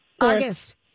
August